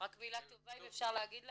רק מילה טובה אם אפשר להגיד להם,